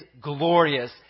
glorious